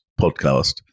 podcast